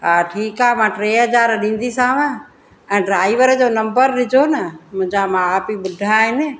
हा ठीकु आहे मां टे हज़ार ॾींदीमांव ऐं ड्राइवर जो नंबर ॾिजो न मुंहिंजा माउ पीउ ॿुढा आहिनि